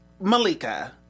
Malika